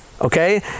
okay